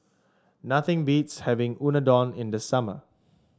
nothing beats having Unadon in the summer